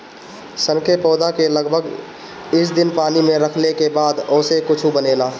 सन के पौधा के लगभग दस दिन पानी में रखले के बाद ओसे कुछू बनेला